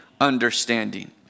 understanding